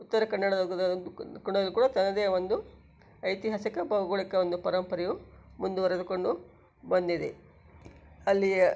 ಉತ್ತರ ಕನ್ನಡ ಕೂಡ ತನ್ನದೇ ಒಂದು ಐತಿಹಾಸಿಕ ಭೌಗೋಳಿಕ ಒಂದು ಪರಂಪರೆಯು ಮುಂದುವರೆದುಕೊಂಡು ಬಂದಿದೆ ಅಲ್ಲಿಯ